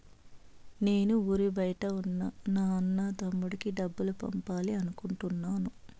నేను ఊరి బయట ఉన్న నా అన్న, తమ్ముడికి డబ్బులు పంపాలి అనుకుంటున్నాను